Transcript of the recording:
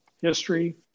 history